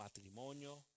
matrimonio